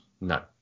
No